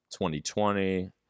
2020